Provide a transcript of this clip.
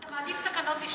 אתה מעדיף תקנות לשעת-חירום?